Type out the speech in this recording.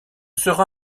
sera